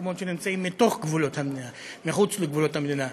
מקומות שנמצאים מחוץ לגבולות המדינה,